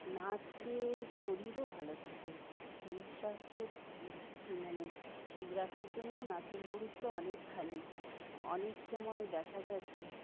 নাচে শরীরও ভালো থাকে শরীর স্বাস্থ্য মানে ঠিক রাখার জন্য নাচের গুরুত্ব অনেকখানি অনেক সময় দেখা গেছে